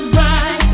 right